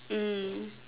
mm